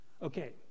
Okay